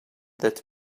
that